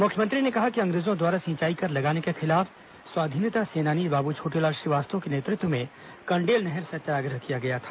मुख्यमंत्री ने कहा कि अंग्रेजों द्वारा सिंचाई कर लगाने के खिलाफ स्वाधीनता सेनानी बाबू छोटेलाल श्रीवास्तव के नेतृत्व में कंडेल नहर सत्याग्रह किया गया था